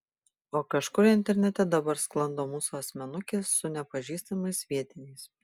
o kažkur internete dabar sklando mūsų asmenukės su nepažįstamais vietiniais